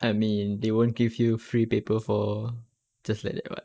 I mean they won't give you free paper for just like that [what]